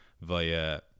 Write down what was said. via